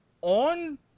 on